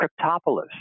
Cryptopolis